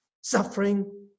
Suffering